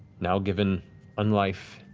now given unlife